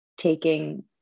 taking